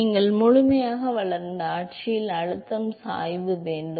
நீங்கள் முழுமையாக வளர்ந்த ஆட்சியில் அழுத்தம் சாய்வு வேண்டும்